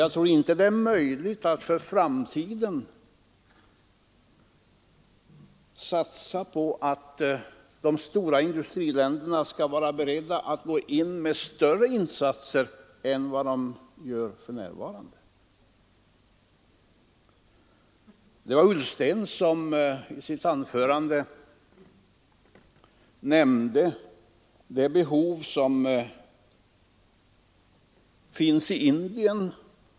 Jag tror inte att det är möjligt att för framtiden bygga på att de stora industriländerna skall vara beredda att gå in med större insatser än som för närvarande sker. Herr Ullsten nämnde i sitt anförande de behov som finns i Indien.